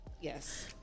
Yes